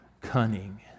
cunning